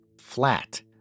flat